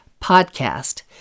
PODCAST